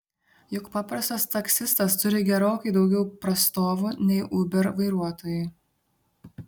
juk paprastas taksistas turi gerokai daugiau prastovų nei uber vairuotojai